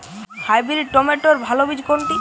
Hybrid টমেটোর ভালো বীজ কোনটি?